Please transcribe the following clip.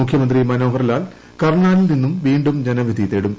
മുഖ്യമന്ത്രി മനോഹർ ലാൽ കർണാലിൽ നിന്ന് വീണ്ടും ജനവിധി തേടും